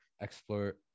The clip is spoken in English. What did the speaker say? Explore